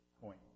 point